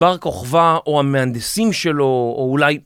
בר כוכבא, או המהנדסים שלו, או אולי...